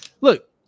Look